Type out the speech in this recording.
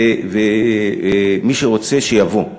ומי שרוצה שיבוא.